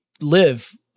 live